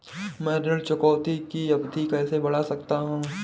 मैं ऋण चुकौती की अवधि कैसे बढ़ा सकता हूं?